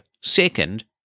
Second